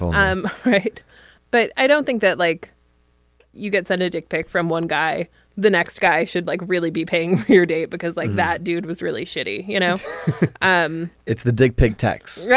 um right but i don't think that like you get send a dick pic from one guy the next guy should like really be paying your date because like that dude was really shitty. you know um it's the dick pig texts. yeah